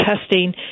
testing